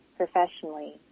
Professionally